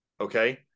okay